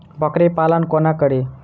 बकरी पालन कोना करि?